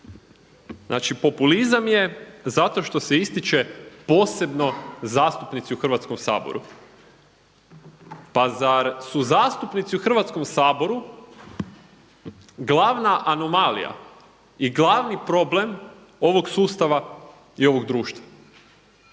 Znači, populizam je zato što se ističe posebno zastupnici u Hrvatskom saboru. Pa zar su zastupnici u Hrvatskom saboru glavna anomalija i glavni problem ovog sustava i ovog društva.